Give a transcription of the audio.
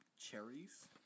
cherries